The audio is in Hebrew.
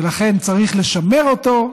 ולכן צריך לשמר אותו,